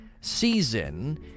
season